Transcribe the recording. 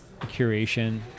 curation